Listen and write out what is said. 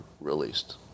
released